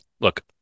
look